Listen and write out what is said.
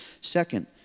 Second